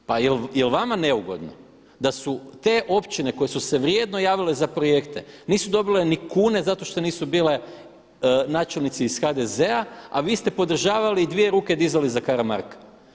Pa jel' vama neugodno da su te općine koje su se vrijedno javile za projekte nisu dobile ni kune zato što nisu bile načelnici iz HDZ-a, a vi ste podržavali i dvije ruke dizali za Karamarka.